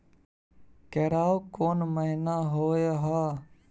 केराव कोन महीना होय हय?